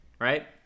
right